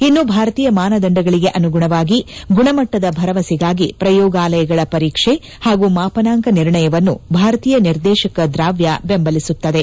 ಇನ್ನು ಭಾರತೀಯ ಮಾನದಂದಗಳಿಗೆ ಅನುಗುಣವಾಗಿ ಗುಣಮಟ್ಟದ ಭರವಸೆಗಾಗಿ ಪ್ರಯೋಗಾಲಯಗಳ ಪರೀಕ್ಷೆ ಹಾಗೂ ಮಾಪನಾಂಕ ನಿರ್ಣಯವನ್ನು ಭಾರತೀಯ ನಿರ್ದೇಶಕ ದ್ರಾವ್ಯ ಬೆಂಬಲಿಸುತ್ತದೆ